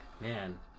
Man